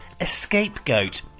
escapegoat